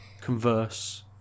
converse